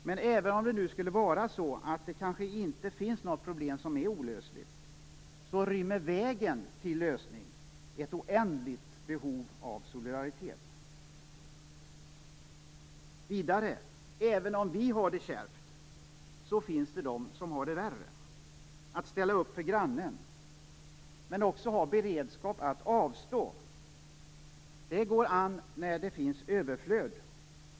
Men även om det skulle vara så att det kanske inte finns något problem som är olösligt, rymmer vägen till lösning ett oändligt behov av solidaritet. Även om vi har det kärvt, finns det de som har det värre. Att ställa upp för grannen men att också ha beredskap att avstå går an när det finns överflöd.